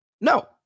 No